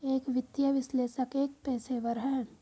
एक वित्तीय विश्लेषक एक पेशेवर है